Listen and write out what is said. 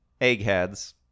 eggheads